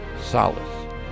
solace